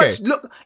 Look